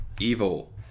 evil